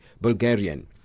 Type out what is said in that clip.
Bulgarian